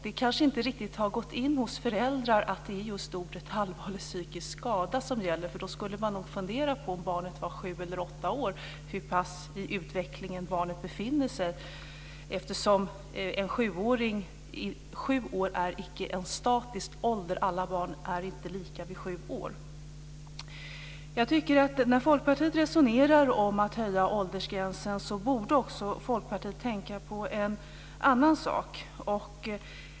Det kanske inte riktigt har gått in hos föräldrar att det är just ordet allvarlig psykisk skada som gäller, för då skulle man nog, om barnet var sju eller åtta år, fundera på var i utvecklingen barnet befinner sig. Sju år är icke en statisk ålder. Alla barn är inte lika vid sju år. När Folkpartiet resonerar om att höja åldersgränsen borde man också tänka på en annan sak.